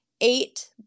eight